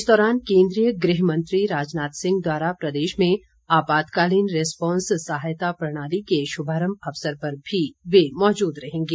इस दौरान केंद्रीय ग्रहमंत्री राजनाथ सिंह द्वारा प्रदेश में आपातकालीन रिस्पाँस सहायता प्रणाली के शुभारंभ अवसर पर भी वे मौजूद रहेंगे